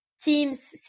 teams